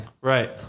Right